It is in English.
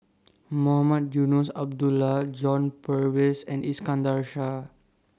Mohamed Eunos Abdullah John Purvis and Iskandar Shah